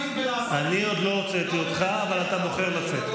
אני עוד לא הוצאתי אותך, אבל אתה בוחר לצאת.